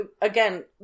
again